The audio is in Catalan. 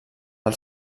del